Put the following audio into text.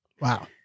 Wow